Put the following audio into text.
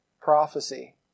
prophecy